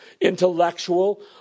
intellectual